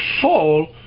fall